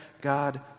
God